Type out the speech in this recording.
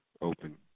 open